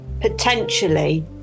potentially